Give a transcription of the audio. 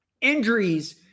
Injuries